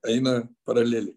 eina paraleliai